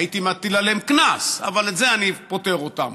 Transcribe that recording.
הייתי מטיל עליהן קנס, אבל מזה אני פוטר אותן.